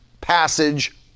passage